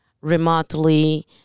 remotely